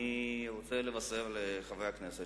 אני רוצה לבשר לחברי הכנסת